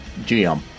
GM